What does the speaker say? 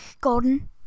golden